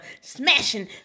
smashing